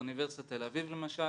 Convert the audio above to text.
באוניברסיטת תל אביב למשל